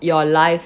your life